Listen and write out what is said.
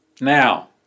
Now